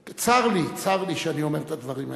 וצר לי, צר לי שאני אומר את הדברים האלה.